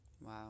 Wow